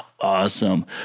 Awesome